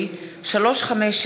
התשע"ז 2016,